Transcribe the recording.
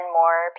more